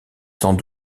sans